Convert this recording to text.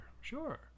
sure